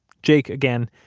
jake, again,